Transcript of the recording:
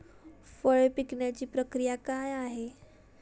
फळे पिकण्याची प्रक्रिया काय आहे?